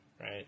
right